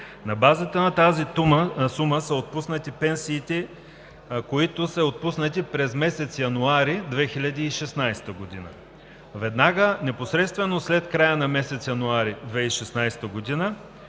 На базата на тази сума са отпуснати пенсиите, които са отпуснати през месец януари 2016 г. Веднага, непосредствено след края на месец януари 2016 г.,